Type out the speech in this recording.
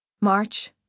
March